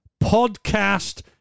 podcast